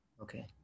Okay